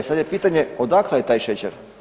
E sad je pitanje odakle je taj šećer?